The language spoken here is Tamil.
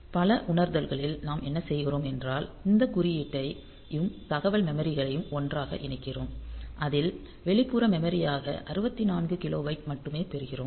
பல உணர்தல்களில் நாம் என்ன செய்கிறோம் என்றால் இந்த குறியீட்டையும் தகவல் மெமரிகலளையும் ஒன்றாக இணைக்கிறோம் அதில் வெளிப்புற மெமரியாக 64 கிலோபைட் மட்டுமே பெறுகிறோம்